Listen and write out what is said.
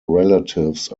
relatives